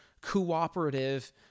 cooperative